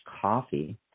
coffee